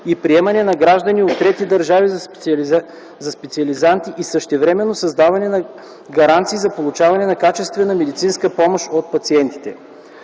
и приемане на граждани от трети държави за специализанти и същевременно създаване на гаранции за получаване на качествена медицинска помощ от пациентите.